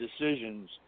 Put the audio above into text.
decisions